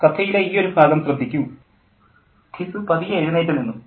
കഥയിലെ ഈയൊരു ഭാഗം ശ്രദ്ധിക്കൂ ഘിസു പതിയെ എഴുന്നേറ്റു നിന്നു